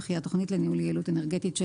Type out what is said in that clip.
וכי התוכנית לניהול יעילות אנרגטית של